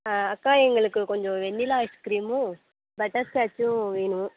அக்கா எங்களுக்கு கொஞ்சம் வெண்ணிலா ஐஸ்கிரீமும் பட்டர்ஸ்காச்சும் வேணும்